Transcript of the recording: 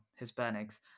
Hispanics